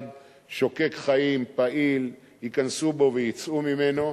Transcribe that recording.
שוקק חיים ופעיל וייכנסו בו ויצאו ממנו.